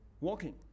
Walking